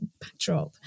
backdrop